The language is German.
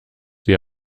sie